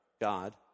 God